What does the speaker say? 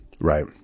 right